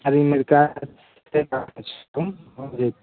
खाली लड़का